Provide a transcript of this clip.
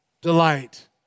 delight